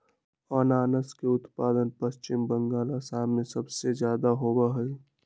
अनानस के उत्पादन पश्चिम बंगाल, असम में सबसे ज्यादा होबा हई